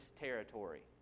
territory